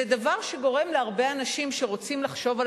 זה דבר שגורם להרבה אנשים שרוצים לחשוב על